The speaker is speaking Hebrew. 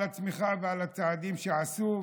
על הצמיחה ועל הצעדים שעשו,